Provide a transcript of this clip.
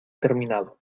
terminado